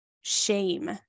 shame